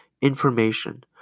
information